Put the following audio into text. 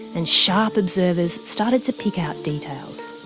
and sharp observers started to pick out details.